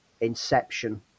Inception